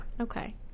Okay